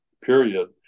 period